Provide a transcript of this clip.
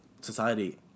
society